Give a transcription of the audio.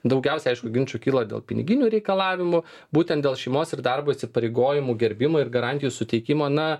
daugiausiai aišku ginčų kyla dėl piniginių reikalavimų būtent dėl šeimos ir darbo įsipareigojimų gerbimo ir garantijų suteikimo na